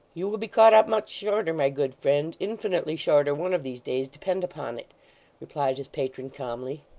you will be caught up much shorter, my good friend infinitely shorter one of these days, depend upon it replied his patron calmly.